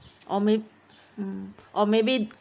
or may hmm or maybe